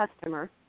Customer